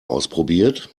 ausprobiert